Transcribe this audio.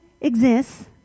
exists